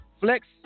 Flex